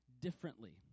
differently